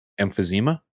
emphysema